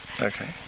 Okay